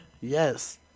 Yes